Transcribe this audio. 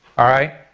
alright,